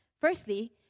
firstly